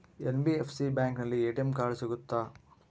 NBFC ಬ್ಯಾಂಕಿನಲ್ಲಿ ATM card ಸಿಗುತ್ತಾ?